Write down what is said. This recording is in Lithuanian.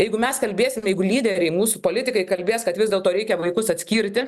jeigu mes kalbėsim jeigu lyderiai mūsų politikai kalbės kad vis dėlto reikia vaikus atskirti